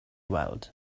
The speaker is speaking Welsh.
weld